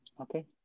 Okay